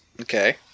Okay